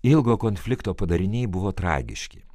ilgo konflikto padariniai buvo tragiški